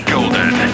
Golden